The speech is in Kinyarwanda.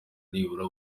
nibura